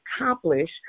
accomplish